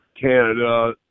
Canada